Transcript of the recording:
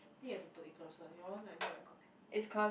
think you have to put it closer your one like not recording